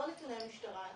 לא נתוני המשטרה.